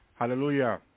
hallelujah